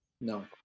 no